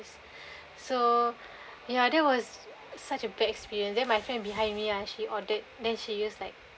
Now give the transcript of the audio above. so yeah that was such a bad experience then my friend behind me ah she ordered then she use like